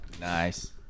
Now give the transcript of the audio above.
Nice